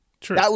True